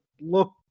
look